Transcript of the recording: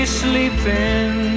sleeping